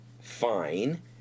fine